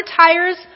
tires